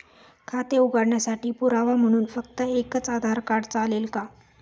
खाते उघडण्यासाठी पुरावा म्हणून फक्त एकच आधार कार्ड चालेल का?